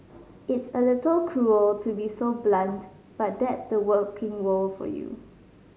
it's a little cruel to be so blunt but that's the working world for you